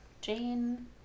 Jane